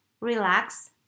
relax